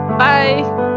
Bye